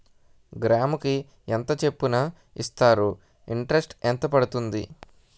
గ్రాముకి ఎంత చప్పున ఇస్తారు? ఇంటరెస్ట్ ఎంత పడుతుంది?